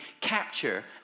capture